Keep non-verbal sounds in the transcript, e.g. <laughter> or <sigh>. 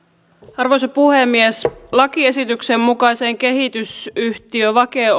arvoisa puhemies lakiesityksen mukaiseen kehitysyhtiö vake <unintelligible>